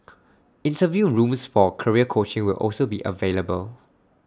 interview rooms for career coaching will also be available